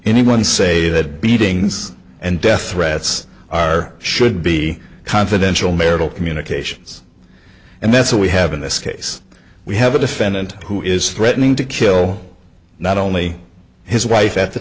anyone say that beatings and death threats are should be confidential marital communications and that's why we have in this case we have a defendant who is threatening to kill not only his wife at the